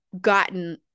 gotten